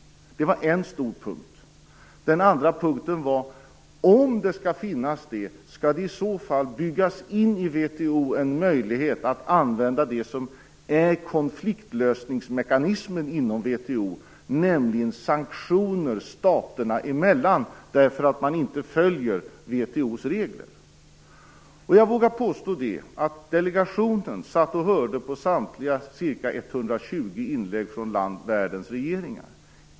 Det var en stor punkt. Den andra punkten var: Om det skall finnas det, skall det i så fall byggas in i VHO en möjlighet att använda det som är konfliktlösningsmekanismen inom VHO, nämligen sanktioner staterna emellan när man inte följer VHO:s regler? Delegationen satt och hörde på samtliga ca 120 inlägg från världens regeringar.